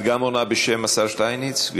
את עונה בשם השר שטייניץ?